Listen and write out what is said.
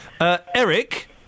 Eric